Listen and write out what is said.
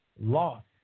lost